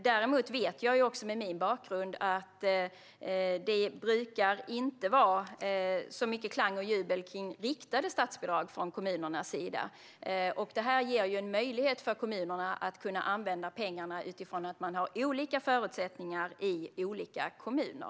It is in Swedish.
Däremot vet jag med min bakgrund att det inte brukar vara så mycket klang och jubel kring riktade statsbidrag från kommunernas sida. Detta ger en möjlighet för kommunerna att använda pengarna utifrån de olika förutsättningar man har i olika kommuner.